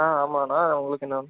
ஆ ஆமாண்ணா உங்களுக்கு என்ன வேணும்